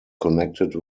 connected